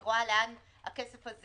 היא רואה לאן הכסף הזה